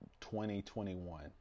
2021